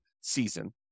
season